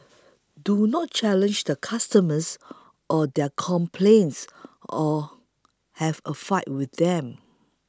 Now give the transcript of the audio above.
do not challenge the customers or their complaints or have a fight with them